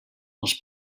els